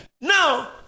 Now